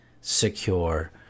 secure